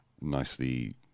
nicely